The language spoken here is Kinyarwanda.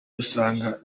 dusanga